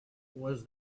was